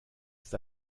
ist